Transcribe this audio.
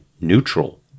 neutral